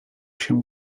się